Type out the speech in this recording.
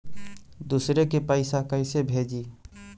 दुसरे के पैसा कैसे भेजी?